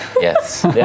Yes